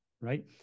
right